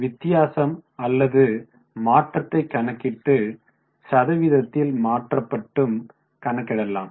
வித்தியாசம் அல்லது மாற்றத்தை கணக்கிட்டு சதவீதத்தில் மாற்றம் கணக்கிடலாம்